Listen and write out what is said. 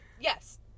yes